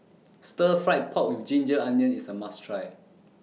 Stir Fried Pork with Ginger Onions IS A must Try